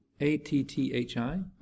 A-T-T-H-I